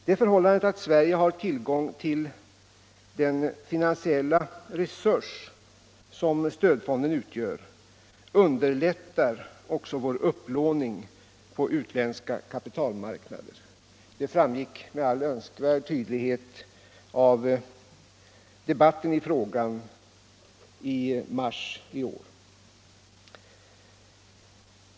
Det förhållandet att Sverige har tillgång till den finansiella resurs som stödfonden utgör underlättar också vår upplåning på utländska kapitalmarknader. Det framgick med all önskvärd tydlighet av debatten i frågan i mars i år.